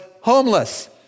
homeless